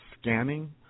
scanning